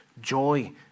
joy